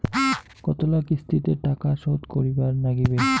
কতোলা কিস্তিতে টাকা শোধ করিবার নাগীবে?